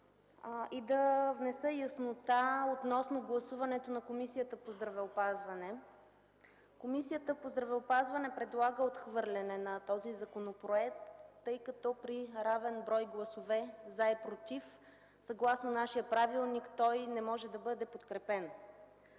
и да внеса яснота относно гласуването на Комисията по здравеопазването. Комисията по здравеопазването предлага отхвърляне на този законопроект, тъй като имаме равен брой гласове „за” и „против”, съгласно нашия правилник той не може да бъде подкрепен.